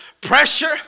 Pressure